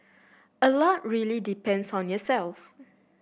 a lot really depends on yourself